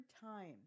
time